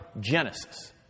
Genesis